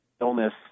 illness